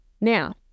Now